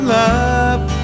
love